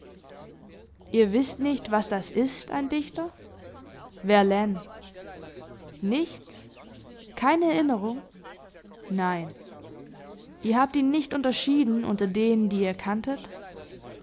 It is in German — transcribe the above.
ihr wißt nicht was das ist ein dichter verlaine nichts keine erinnerung nein ihr habt ihn nicht unterschieden unter denen die ihr kanntet